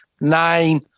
nine